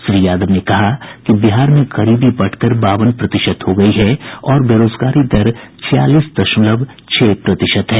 श्री यादव ने कहा कि बिहार में गरीबी बढ़कर बावन प्रतिशत हो गयी है और बेरोजगारी दर छियालीस दशमलव छह प्रतिशत है